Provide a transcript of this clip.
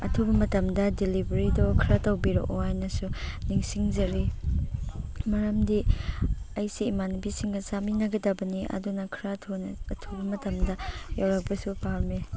ꯑꯊꯨꯕ ꯃꯇꯝꯗ ꯗꯤꯂꯤꯕꯔꯤꯗꯣ ꯈꯔ ꯇꯧꯕꯤꯔꯛꯑꯣ ꯍꯥꯏꯅꯁꯨ ꯅꯤꯡꯁꯤꯡꯖꯔꯤ ꯃꯔꯝꯗꯤ ꯑꯩꯁꯦ ꯏꯃꯥꯟꯅꯕꯤꯁꯤꯡꯒ ꯆꯥꯃꯤꯟꯅꯒꯗꯕꯅꯦ ꯑꯗꯨꯅ ꯈꯔ ꯊꯨꯅ ꯑꯊꯨꯕ ꯃꯇꯝꯗ ꯌꯧꯔꯛꯄꯁꯨ ꯄꯥꯝꯃꯦ